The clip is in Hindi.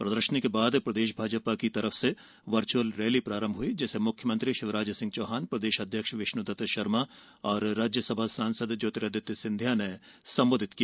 प्रदर्शनी के बाद प्रदेश भाजपा की ओर से वर्चुअल रैली प्रारंभ हुयी जिसे मुख्यमंत्री शिवराज सिंह चौहान प्रदेश अध्यक्ष विष्णुदत्त शर्मा और राज्यसभा सांसद ज्योतिरादित्य सिंधिया ने संबोधित किया